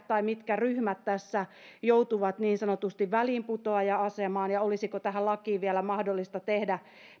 tai mitkä ryhmät tässä joutuvat niin sanotusti väliinputoaja asemaan ja olisiko tähän lakiin vielä mahdollista tehdä